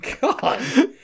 God